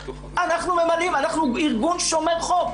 אנחנו ארגון שומר חוק.